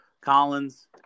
Collins